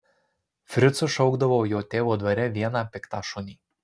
fricu šaukdavo jo tėvo dvare vieną piktą šunį